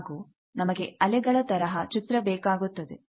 ಹಾಗೂ ನಮಗೆ ಅಲೆಗಳ ತರಹ ಚಿತ್ರ ಬೇಕಾಗುತ್ತದೆ